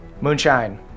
Moonshine